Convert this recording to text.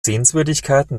sehenswürdigkeiten